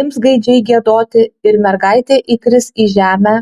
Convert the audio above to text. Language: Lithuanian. ims gaidžiai giedoti ir mergaitė įkris į žemę